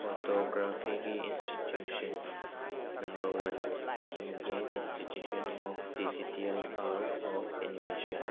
ꯐꯣꯇꯣꯒ꯭ꯔꯥꯐꯤꯒꯤ institution number one Indian institution of digital art of animation